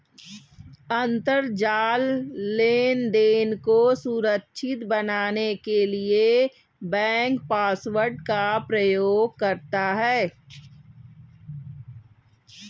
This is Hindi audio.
अंतरजाल लेनदेन को सुरक्षित बनाने के लिए बैंक पासवर्ड का प्रयोग करता है